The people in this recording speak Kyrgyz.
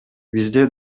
бизде